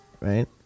right